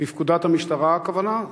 בפקודת המשטרה, הכוונה?